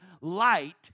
light